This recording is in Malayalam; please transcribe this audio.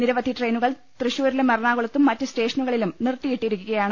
നിരവധി ട്രെയിനുകൾ തൃശൂരിലും എറണാകുളത്തും മറ്റ് സ്റ്റേഷനുകളിലും നിർത്തിയിട്ടിരിക്കുകയാണ്